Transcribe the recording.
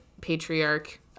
patriarch